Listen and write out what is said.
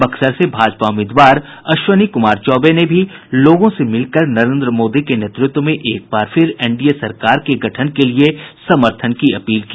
बक्सर से भाजपा उम्मीदवार अश्विनी कुमार चौबे भी लोगों से मिलकर नरेन्द्र मोदी के नेतृत्व में एक बार फिर एनडीए सरकार के गठन के लिये समर्थन की अपील की